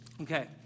okay